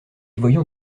voyons